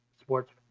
sports